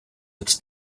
its